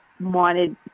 wanted